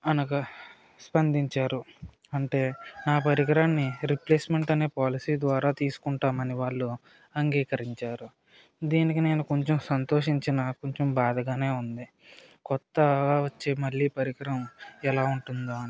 అనగా స్పందించారు అంటే నా పరికరాన్ని రిప్లేస్మెంట్ అనే పాలసీ ద్వారా తీసుకుంటాం అని వాళ్ళు అంగీకరించారు దీనికి నేను కొంచం సంతోషించినా కొంచం బాధగానే ఉంది కొత్తగా వచ్చే మళ్ళీ పరికరం ఎలా ఉంటుందో అని